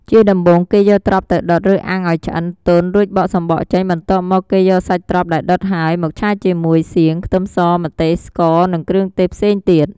ជាដំបូង គេយកត្រប់ទៅដុត ឬអាំងឱ្យឆ្អិនទន់ រួចបកសម្បកចេញ បន្ទាប់មក គេយកសាច់ត្រប់ដែលដុតហើយ មកឆាជាមួយសៀង ខ្ទឹមស ម្ទេស ស្ករ និងគ្រឿងទេសផ្សេងទៀត។